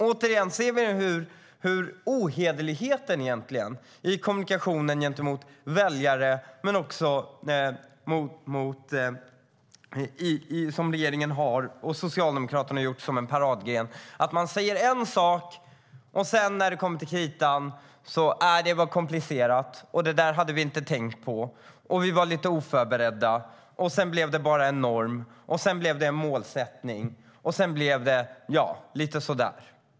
Återigen ser vi den ohederlighet i kommunikationen gentemot väljare och andra som regeringen och Socialdemokraterna gjort till en paradgren. Man säger en sak, men när det kommer till kritan ändrar man sig och säger: Äh, det var komplicerat. Det där hade vi inte tänkt på. Man var lite oförberedd. Sedan blev det en "norm" och sedan en "målsättning" och till sist bara lite så där.